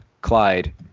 Clyde